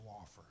offer